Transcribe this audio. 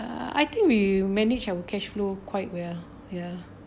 I think we manage our cash flow quite well ya